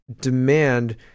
demand